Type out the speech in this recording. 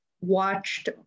watched